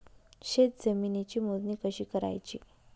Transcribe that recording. शेत जमिनीची मोजणी कशी करायची?